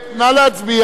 נא להצביע.